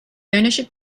ownership